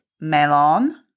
Melon